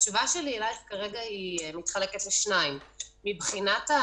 התשובה שלי אלייך כרגע מתחלקת לשניים: הפגיעה